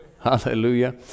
hallelujah